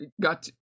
got